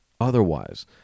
otherwise